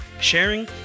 sharing